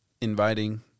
inviting